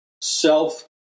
self